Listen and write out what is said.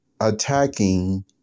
attacking